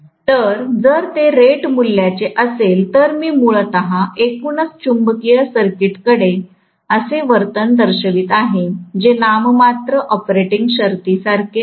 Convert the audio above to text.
तर जर ते रेटेड मूल्याचे असेल तर मी मूलतः एकूणच चुंबकीय सर्किटकडे असे वर्तन दर्शवित आहे जे नाममात्र ऑपरेटिंग शर्तींसारखेच आहे